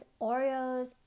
Oreos